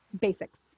Basics